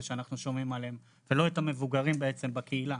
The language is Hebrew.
שאנחנו שומעים עליהם ולא את המבוגרים בעצם בקהילה.